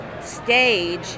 Stage